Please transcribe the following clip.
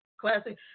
classic